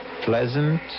pleasant